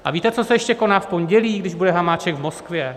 A víte, co se ještě koná v pondělí, když bude Hamáček v Moskvě?